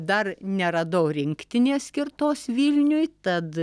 dar neradau rinktinės skirtos vilniui tad